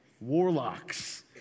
warlocks